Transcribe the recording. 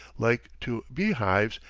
like to bee-hives,